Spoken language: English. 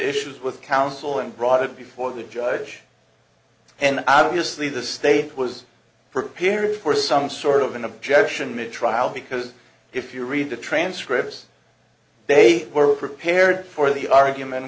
issues with counsel and brought it before the judge and obviously the state was prepared for some sort of an objection made trial because if you read the transcripts they were prepared for the argument